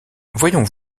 voyons